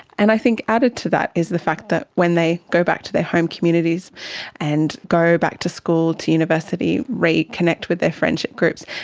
and i think added to that is the fact that when they go back to their home communities and go back to school, to university, reconnect with their friendship groups,